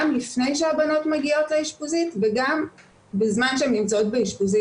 גם לפני שהבנות מגיעות לאשפוזית וגם בזמן שהן נמצאות באשפוזית.